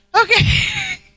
Okay